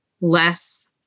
less